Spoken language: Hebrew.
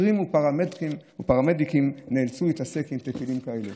שוטרים ופרמדיקים נאלצו להתעסק עם טפילים כאלה.